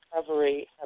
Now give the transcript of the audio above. recovery